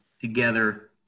together